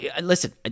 Listen